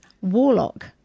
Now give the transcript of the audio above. Warlock